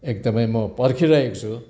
एकदमै म पर्खिरहेको छु